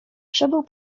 przebył